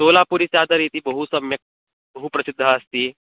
सोलापुरिचादर् इति बहु सम्यक् बहु प्रसिद्धा अस्ति